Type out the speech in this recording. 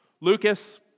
Lucas